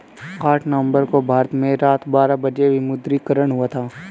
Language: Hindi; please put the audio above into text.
आठ नवम्बर को भारत में रात बारह बजे विमुद्रीकरण हुआ था